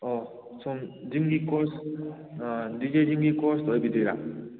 ꯑꯣ ꯁꯣꯝ ꯖꯤꯝꯒꯤ ꯀꯣꯔꯁ ꯗꯤ ꯖꯦ ꯖꯤꯝꯒꯤ ꯀꯣꯔꯁ ꯑꯣꯏꯕꯤꯗꯣꯏꯔ